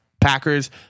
Packers